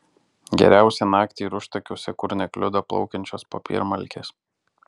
geriausia naktį ir užtakiuose kur nekliudo plaukiančios popiermalkės